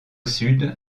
sud